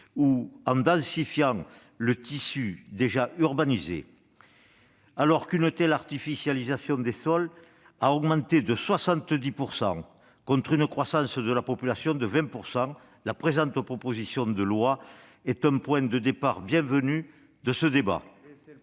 ou en densifiant le tissu déjà urbanisé. Alors que l'artificialisation des sols a augmenté de 70 % quand la population croissait de 20 %, la présente proposition de loi est un point de départ bienvenu de ce débat.